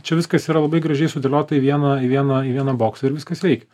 čia viskas yra labai gražiai sudėliota į vieną į vieną į vieną boksą ir viskas veikia